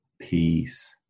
peace